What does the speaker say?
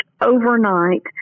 overnight